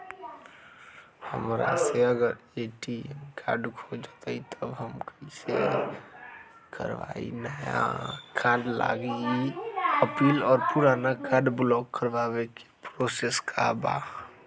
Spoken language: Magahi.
हमरा से अगर ए.टी.एम कार्ड खो जतई तब हम कईसे करवाई नया कार्ड लागी अपील और पुराना कार्ड ब्लॉक करावे के प्रोसेस का बा?